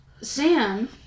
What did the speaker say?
Sam